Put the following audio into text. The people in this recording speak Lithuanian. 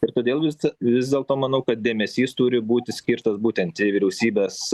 ir todėl visd vis dėlto manau kad dėmesys turi būti skirtas būtent į vyriausybės